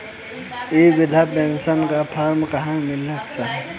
इ बृधा पेनसन का फर्म कहाँ मिली साहब?